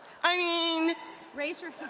i mean raise your